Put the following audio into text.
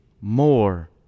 more